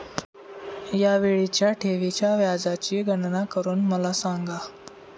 या वेळीच्या ठेवीच्या व्याजाची गणना करून मला सांगा